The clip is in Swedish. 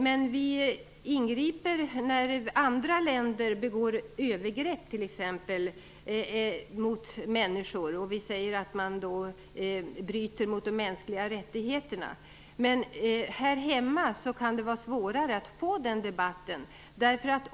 Men vi ingriper t.ex. när andra länder begår övergrepp mot människor. Vi säger att man då bryter mot de mänskliga rättigheterna. Men här hemma kan det vara svårare att få till stånd den debatten.